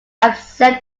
accept